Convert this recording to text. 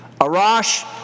Arash